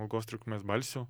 ilgos trukmės balsių